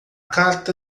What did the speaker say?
carta